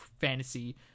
fantasy